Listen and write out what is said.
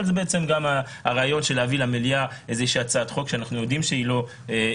אבל זה הרעיון של להביא למליאה הצעת חוק שאנחנו יודעים שהיא לא תעבור.